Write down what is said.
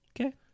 Okay